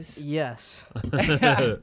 yes